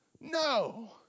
No